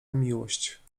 miłość